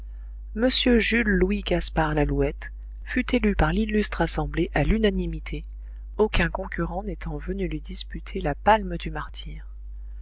m jules louis gaspard lalouette fut élu par l'illustre assemblée à l'unanimité aucun concurrent n'étant venu lui disputer la palme du martyre